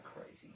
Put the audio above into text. crazy